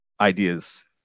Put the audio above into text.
ideas